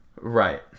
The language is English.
Right